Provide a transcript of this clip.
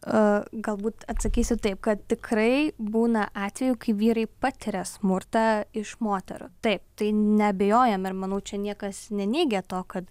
a galbūt atsakysiu taip kad tikrai būna atvejų kai vyrai patiria smurtą iš moterų taip tai neabejojam ir manau čia niekas neneigia to kad